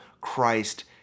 Christ